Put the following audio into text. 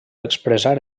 expressar